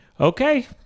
Okay